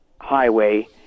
highway